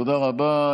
תודה רבה.